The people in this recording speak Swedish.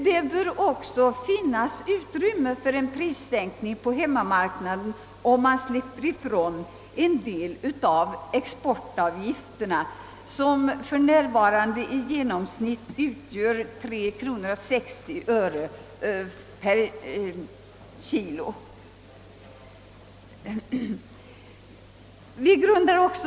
Det bör också finnas utrymme för en prissänkning på hemmamarknaden, om man slipper ifrån en del av exportavgifterna som för närvarande utgör i genomsnitt 3 kronor 60 öre per kilo.